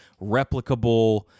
replicable